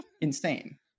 insane